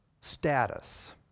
status